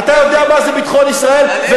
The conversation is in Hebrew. אתה יודע מה זה ביטחון ישראל, על איזה תירוצים, ?